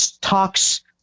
talks